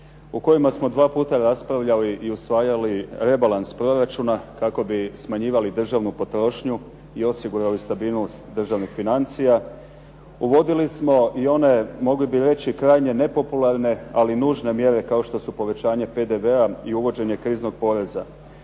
u kojima smo dva puta raspravljali i usvajali rebalans proračuna kako bi smanjivali državnu potrošnju i osigurali stabilnost državnih financija. Uvodili smo i one mogli bi reći krajnje nepopularne, ali nužne mjere kao što su povećanje PDV-a i uvođenje kriznog poreza.